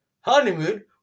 Honeymoon